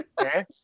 Okay